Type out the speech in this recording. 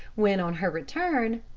when, on her return,